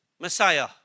Messiah